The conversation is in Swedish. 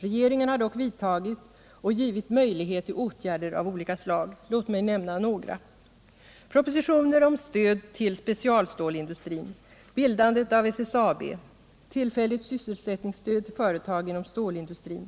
Regeringen har dock vidtagit och givit möjligheter till åtgärder av olika slag. Låt mig nämna några: propositioner om stöd till specialstålindustrin, bildandet av SSAB och tillfälligt sysselsättningsstöd till företag inom stålindustrin.